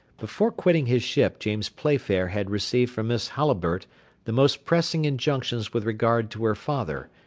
before quitting his ship james playfair had received from miss halliburtt the most pressing injunctions with regard to her father,